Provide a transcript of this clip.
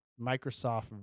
Microsoft